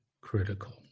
critical